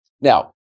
Now